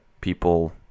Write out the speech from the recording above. People